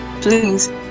please